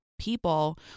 people